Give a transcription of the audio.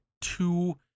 two